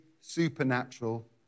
supernatural